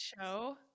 show